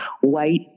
white